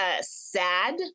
sad